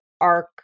arc